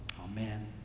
Amen